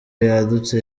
yadutse